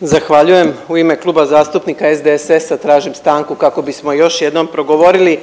Zahvaljujem. U ime Kluba zastupnika SDSS-a tražim stanku kako bismo još jednom progovorili